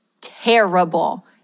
terrible